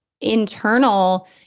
internal